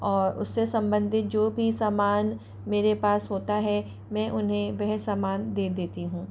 और उससे सम्बंधित जो भी सामान मेरे पास होता है मैं उन्हें वह सामान दे देती हूँ